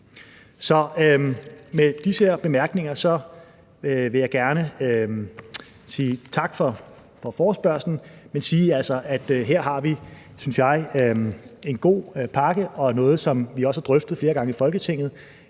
Med disse bemærkninger vil jeg gerne sige tak for forespørgslen, men sige, at her har vi, synes jeg, en god pakke og noget, som vi også har drøftet flere gange i Folketinget,